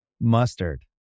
mustard